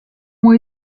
ont